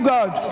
God